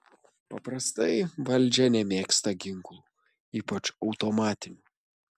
paprastai valdžia nemėgsta ginklų ypač automatinių